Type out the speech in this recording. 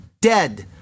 dead